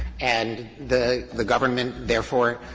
and the the government, therefore,